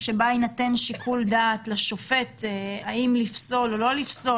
יינתן שיקול דעת לשופט האם לפסול או לא לפסול